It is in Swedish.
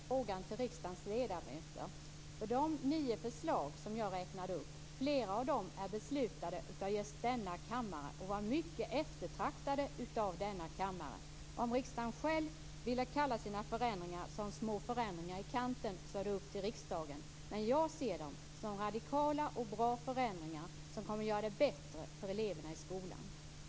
Fru talman! Egentligen skulle Per Bill ha ställt frågan till riksdagens ledamöter. Flera av de nio förslag som jag räknade upp är beslutade i just denna kammare, och de var mycket eftertraktade av kammaren. Om riksdagen själv vill kalla sina förändringar "små förändringar i kanten" är det upp till riksdagen, men jag ser dem som radikala och bra förändringar, som kommer att göra det bättre för eleverna i skolan.